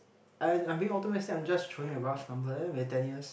I'm I'm being optimistic I'm just throwing a rough number then maybe ten years